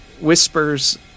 Whispers